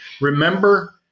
Remember